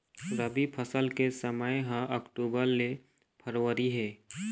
रबी फसल के समय ह अक्टूबर ले फरवरी हे